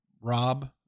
rob